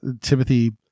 Timothy